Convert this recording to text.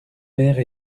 mère